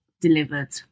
delivered